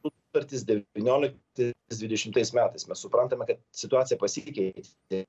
sutartys devynioliktais dvidešimtais metais mes suprantame kad situacija pasikeitė